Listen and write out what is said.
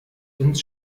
ins